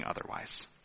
otherwise